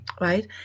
right